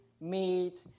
meat